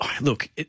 look